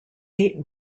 eight